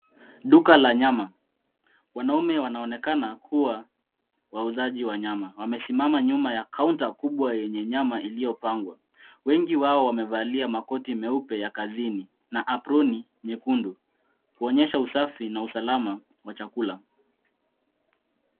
Duka la nyama. Wanaume wanaonekana kuwa wauzaji wa nyama. Wamesimama nyuma ya kaunta kubwa yenye nyama iliyopangwa. Wengi wao wamevalia makoti meupe ya kazini na aproni nyekundu, kuonyesha usafi na usalama wa chakula.